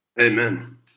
Amen